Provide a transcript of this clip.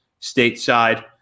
stateside